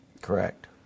Correct